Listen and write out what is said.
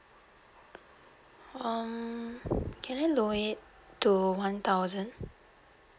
um can I lower it to one thousand